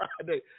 Friday